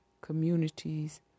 communities